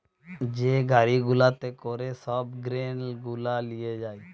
যে গাড়ি গুলাতে করে সব গ্রেন গুলা লিয়ে যায়